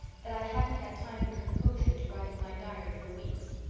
that i haven't had time and composure to write in my diary for weeks.